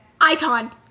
Icon